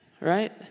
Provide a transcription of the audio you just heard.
Right